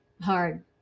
hard